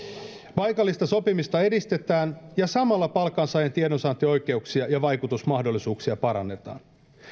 paikallista sopimista edistetään ja samalla palkansaajien tiedonsaantioikeuksia ja vaikutusmahdollisuuksia parannetaan